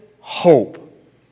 hope